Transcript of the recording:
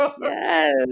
Yes